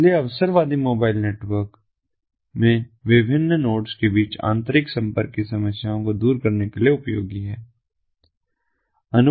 इसलिए अवसरवादी mobile network network में विभिन्न नोड्स के बीच आंतरायिक संपर्क की समस्याओं को दूर करने के लिए उपयोगी हैं